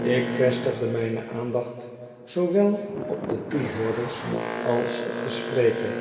ik vestigde mijne aandacht zoowel op de toehoorders als op den spreker